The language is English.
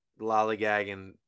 lollygagging